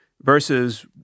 versus